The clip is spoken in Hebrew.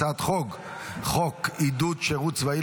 הצעת חוק עידוד שירות צבאי,